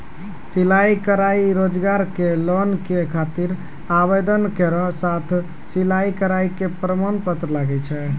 सिलाई कढ़ाई रोजगार के लोन के खातिर आवेदन केरो साथ सिलाई कढ़ाई के प्रमाण पत्र लागै छै?